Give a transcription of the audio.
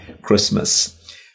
Christmas